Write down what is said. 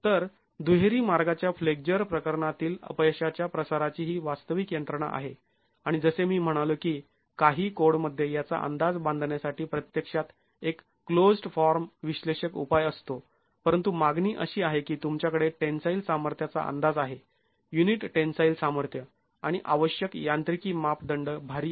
तर दुहेरी मार्गाच्या फ्लेक्झर प्रकरणातील अपयशाच्या प्रसाराची ही वास्तविक यंत्रणा आहे आणि जसे मी म्हणालो की काही कोडमध्ये याचा अंदाज बांधण्यासाठी प्रत्यक्षात एक क्लोज्ड् फॉर्म विश्लेषक उपाय असतो परंतु मागणी अशी आहे की तुमच्याकडे टेन्साईल सामर्थ्याचा अंदाज आहे युनिट टेन्साईल सामर्थ्य आणि आवश्यक यांत्रिकी मापदंड भारी आहेत